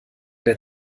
der